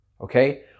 okay